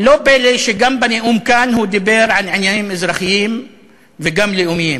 לא פלא שגם בנאום כאן הוא דיבר על עניינים אזרחיים וגם לאומיים,